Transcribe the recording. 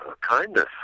Kindness